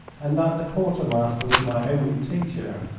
and that the quarter-master was my only teacher,